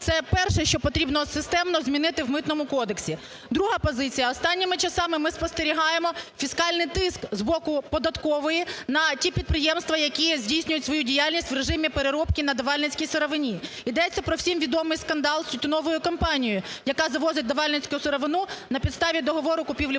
Це перше, що потрібно системно змінити в Митному кодексі. Друга позиція. Останніми часами ми спостерігаємо фіскальний тиск з боку податкової на ті підприємства, які здійснюють свою діяльність в режимі переробки на давальницькій сировині. Йдеться про всім відомий скандал з тютюнової компанією, яка завозить давальницьку сировину на підставі договору